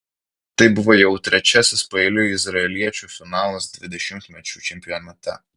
tai buvo jau trečiasis paeiliui izraeliečių finalas dvidešimtmečių čempionate